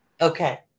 Okay